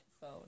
phone